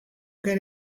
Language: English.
get